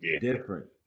different